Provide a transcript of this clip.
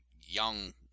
young